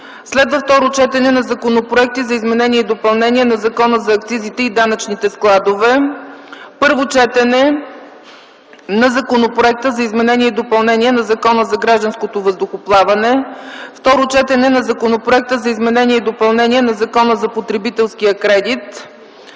Следва второ четене на законопроекти за изменение и допълнение на Закона за акцизите и данъчните складове. Първо четене на Законопроект за изменение и допълнение на Закона за гражданското въздухоплаване. Второ четене на Законопроект за изменение и допълнение на Закона за потребителския кредит.